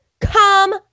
Come